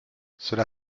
cela